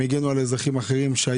הם הגנו על אזרחים אחרים,